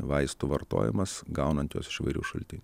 vaistų vartojimas gaunant juos iš įvairių šaltinių